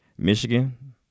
Michigan